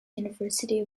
university